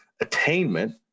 attainment